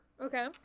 okay